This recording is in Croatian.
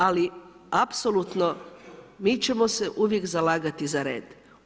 Ali apsolutno mi ćemo se uvijek zalagati za red.